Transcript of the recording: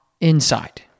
inside